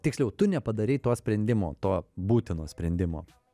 tiksliau tu nepadarei to sprendimo to būtino sprendimo